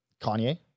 Kanye